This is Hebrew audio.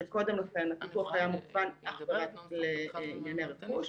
כאשר קודם לכן הפיקוח היה מוגבל אך ורק לענייני רכוש.